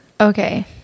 Okay